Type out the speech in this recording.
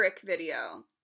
video